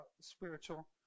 spiritual